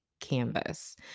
Canvas